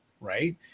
right